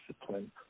discipline